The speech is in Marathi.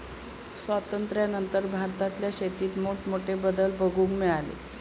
स्वातंत्र्यानंतर भारतातल्या शेतीत मोठमोठे बदल बघूक मिळाले